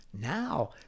Now